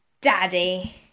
daddy